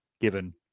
given